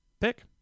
pick